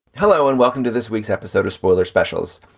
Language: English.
hello and welcome to this week's episode of spoiler specials.